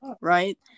right